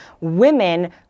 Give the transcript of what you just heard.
women